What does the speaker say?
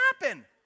happen